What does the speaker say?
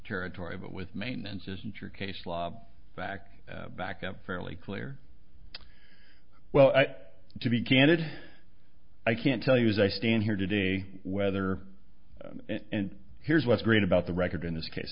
territory but with maintenance isn't your case law back back up fairly clear well to be candid i can tell you as i stand here today whether and here's what's great about the record in this case